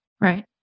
Right